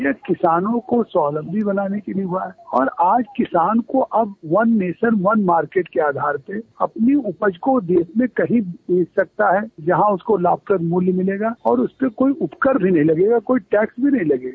यह किसानों को स्वावलम्बी बनाने के लिये हुआ है और आज किसान को अब वन नेशन वन मार्केट के आधार से अपनी उपज को देश में कहीं भी बेच सकता है जहां उसको लाभ प्रद मूल्य मिलेगा और उसमें कोई उपकर भी नहीं लगेगा कोई टैक्स भी नहीं लगेगा